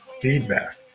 feedback